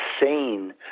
insane